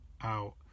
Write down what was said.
out